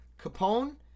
Capone